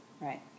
right